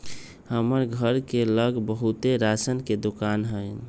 हमर घर के लग बहुते राशन के दोकान हई